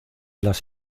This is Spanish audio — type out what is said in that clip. las